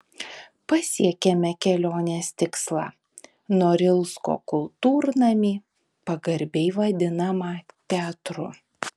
pasiekėme kelionės tikslą norilsko kultūrnamį pagarbiai vadinamą teatru